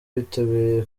bitabiriye